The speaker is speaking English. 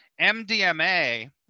MDMA